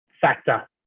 Factor